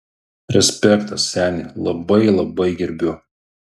respektas seni labai labai gerbiu